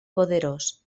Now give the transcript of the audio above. poderós